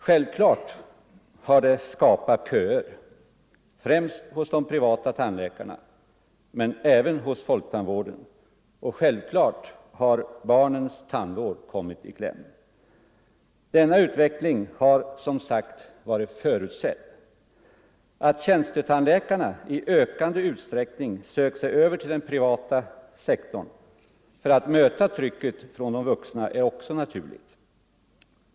Självklart har det skapat köer, främst hos de privata tandläkarna men även hos folktandvården, och självklart har barnens tandvård kommit i kläm. Denna utveckling har som sagt varit förutsedd. Att tjänstetandläkarna i ökad utsträckning 33 sökt sig över till den privata sektorn för att möta trycket från de vuxna är också naturligt.